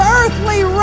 earthly